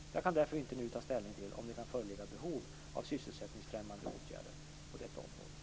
Jag kan därför inte nu ta ställning till om det kan föreligga behov av sysselsättningsfrämjande åtgärder på detta område.